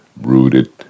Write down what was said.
rooted